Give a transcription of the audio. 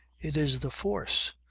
it is the force,